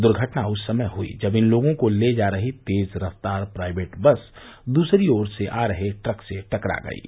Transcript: दुर्घटना उस समय हुई जब इन लोगों को ले जा रही तेज रफ्तार प्राइवेट बस दूसरी ओर से आ रहे ट्रक से टकरा गयी